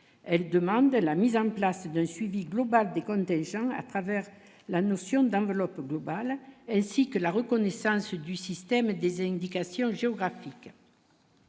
elle demandait la mise en place d'un suivi global des contingents à travers la notion d'enveloppe globale ainsi que la reconnaissance du système des indications géographiques.